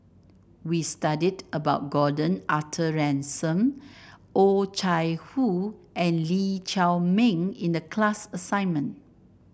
we studied about Gordon Arthur Ransome Oh Chai Hoo and Lee Chiaw Meng in the class assignment